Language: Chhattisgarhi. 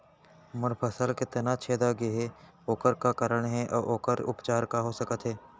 मोर फसल के तना छेदा गेहे ओखर का कारण हे अऊ ओखर उपचार का हो सकत हे?